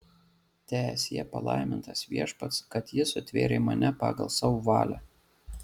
teesie palaimintas viešpats kad jis sutvėrė mane pagal savo valią